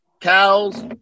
cows